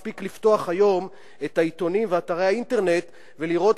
מספיק לפתוח היום את העיתונים ואתרי האינטרנט ולראות